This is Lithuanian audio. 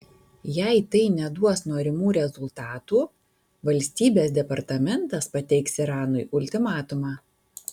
jei tai neduos norimų rezultatų valstybės departamentas pateiks iranui ultimatumą